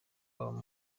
babo